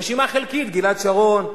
רשימה חלקית: גלעד שרון,